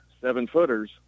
seven-footers